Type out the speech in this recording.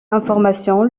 informations